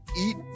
eat